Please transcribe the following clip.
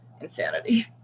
insanity